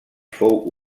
fou